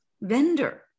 vendor